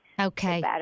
Okay